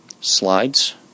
Slides